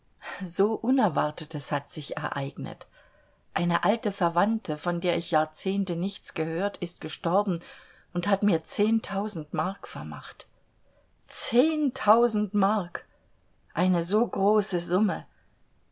so unerwartetes hat sich ereignet eine alte verwandte von der ich jahrzehnte nichts gehört ist gestorben und hat mir mark vermacht mark eine so große summe